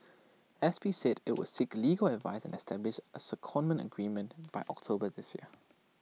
S P said IT would seek legal advice and establish A secondment agreement by October this year